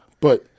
But-